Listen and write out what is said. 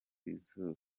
izuru